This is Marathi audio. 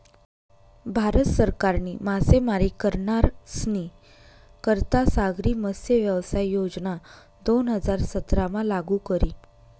भारत सरकारनी मासेमारी करनारस्नी करता सागरी मत्स्यव्यवसाय योजना दोन हजार सतरामा लागू करी